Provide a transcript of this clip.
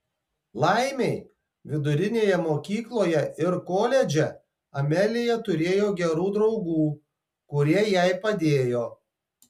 laimei vidurinėje mokykloje ir koledže amelija turėjo gerų draugų kurie jai padėjo